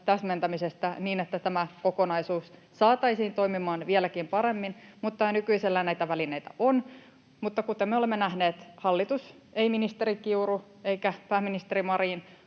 täsmentämisestä niin, että tämä kokonaisuus saataisiin toimimaan vieläkin paremmin. Mutta jo nykyisellään näitä välineitä on. Kuten me olemme nähneet, hallitus ei voi — ei ministeri Kiuru eikä pääministeri Marin